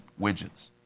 widgets